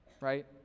right